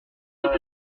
toute